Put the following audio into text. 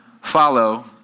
Follow